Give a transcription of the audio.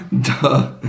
Duh